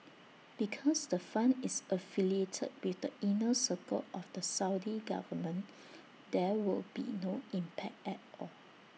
because the fund is affiliated with the inner circle of the Saudi government there will be no impact at all